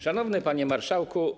Szanowny Panie Marszałku!